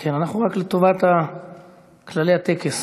רק לטובת כללי הטקס.